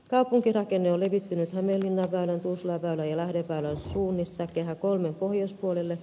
kaupunkirakenne on levittynyt hämeenlinnanväylän tuusulanväylän ja lahdenväylän suunnissa kehä iiin pohjoispuolelle